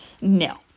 No